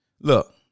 look